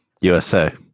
USA